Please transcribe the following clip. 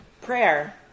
Prayer